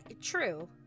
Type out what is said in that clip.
true